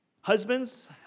Husbands